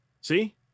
See